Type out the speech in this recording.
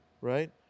right